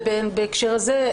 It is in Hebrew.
ובהקשר הזה,